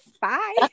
bye